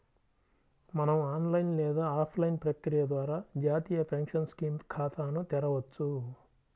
మనం ఆన్లైన్ లేదా ఆఫ్లైన్ ప్రక్రియ ద్వారా జాతీయ పెన్షన్ స్కీమ్ ఖాతాను తెరవొచ్చు